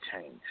change